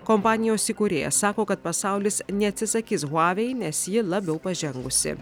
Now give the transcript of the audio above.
kompanijos įkūrėjas sako kad pasaulis neatsisakyshuavei nes ji labiau pažengusi